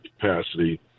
capacity